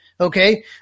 Okay